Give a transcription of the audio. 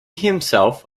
himself